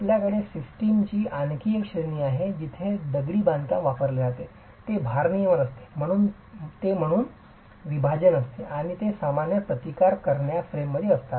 आपल्याकडे सिस्टमची आणखी एक श्रेणी आहे जिथे दगडी बांधकाम वापरले जाते ते भारनियमन नसते ते विभाजन म्हणून असते आणि हे सामान्यत प्रतिकार करणार्या फ्रेममध्ये असतात